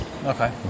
Okay